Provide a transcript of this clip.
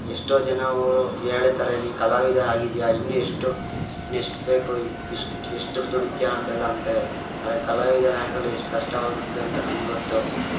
ಎಷ್ಟೋ ಜನರು ಹೇಳ್ತಾರೆ ನೀನು ಕಲಾವಿದ ಆಗಿದ್ದೀಯ ಇನ್ನು ಎಷ್ಟು ಇನ್ನೆಷ್ಟು ಬೇಕೋ ಇಷ್ಟು ಎಷ್ಟು ದುಡ್ಡು ದುಡಿತೀಯ ಅಂತ ಎಲ್ಲ ಅಂತಾರೆ ಆರೆ ಕಲಾವಿದನಾಗಲು ಎಷ್ಟು ಕಷ್ಟವಾಗುತ್ತಿದೆ ಅಂತ ನಂಗೆ ಗೊತ್ತು